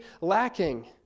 lacking